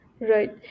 Right